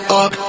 up